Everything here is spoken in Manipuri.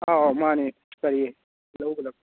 ꯑꯧ ꯃꯥꯅꯦ ꯀꯔꯤ ꯂꯧꯒꯗꯕ